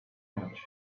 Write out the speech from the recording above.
much